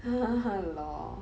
LOL